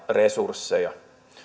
resursseja